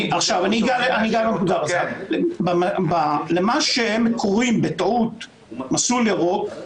אני אגע בנקודה הזאת: למה שהם קוראים בטעות "מסלול ירוק",